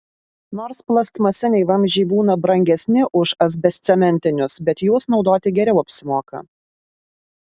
nors plastmasiniai vamzdžiai būna brangesni už asbestcementinius bet juos naudoti geriau apsimoka